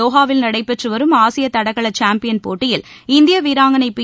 தோஹாவில் நடைபெற்றுவரும் ஆசிய தடகள சாம்பியன் போட்டியில் இந்திய வீராங்கனை பி